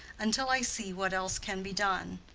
until i see what else can be done.